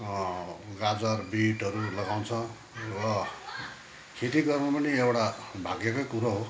गाजर बिटहरू लगाउँछ र खेती गर्नु पनि एउटा भाग्यकै कुरो हो